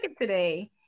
today